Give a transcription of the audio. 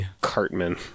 Cartman